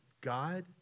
God